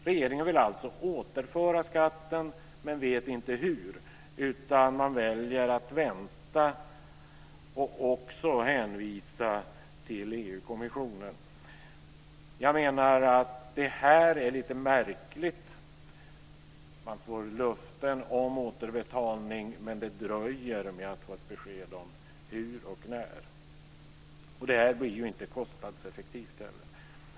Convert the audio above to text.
Regeringen vill alltså återföra skatten men vet inte hur, utan man väljer att vänta och också hänvisa till EU-kommissionen. Jag menar att det är lite märkligt. Man får löften om återbetalning, men det dröjer att få besked om hur och när. Det är inte kostnadseffektivt heller.